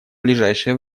ближайшее